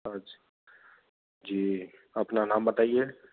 अच्छा जी अपना नाम बताइए